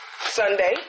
Sunday